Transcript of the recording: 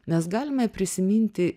mes galime prisiminti